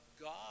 God